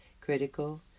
critical